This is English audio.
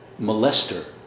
molester